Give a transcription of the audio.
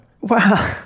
Wow